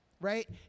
right